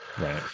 Right